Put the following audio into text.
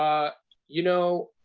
ah you know,